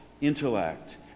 intellect